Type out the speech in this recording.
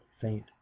faint